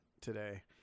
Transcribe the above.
today